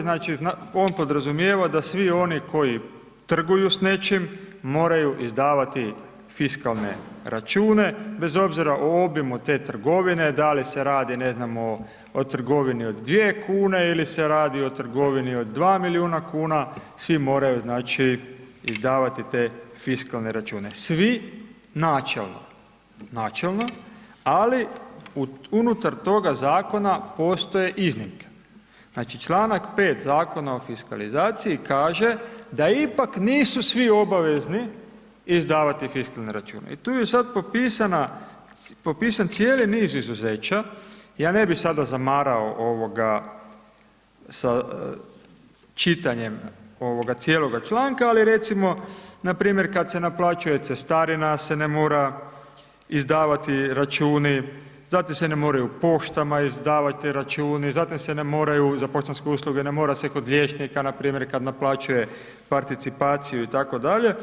Znači, on podrazumijeva da svi oni koji trguju s nečim moraju izdavati fiskalne račune bez obzira o obimu te trgovine, da li se radi, ne znam, o trgovini od 2,00 kn ili se radi o trgovini od 2 milijuna kuna, svi moraju, znači, izdavati te fiskalne račune, svi načelno, načelno, ali unutar toga zakona postoje iznimke, znači, čl. 5. Zakona o fiskalizaciji kaže da ipak nisu svi obavezni izdavati fiskalne račune i tu je sad popisan cijeli niz izuzeća, ja ne bi sada zamarao sa čitanjem ovoga cijeloga članka, ali recimo npr. kad se naplaćuje cestarina se ne mora izdavati računi, zatim se ne moraju poštama izdavati računi, zatim se ne moraju za poštanske usluge, ne mora se kod liječnika npr. kad naplaćuje participaciju itd.